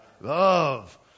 Love